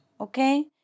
okay